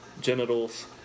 genitals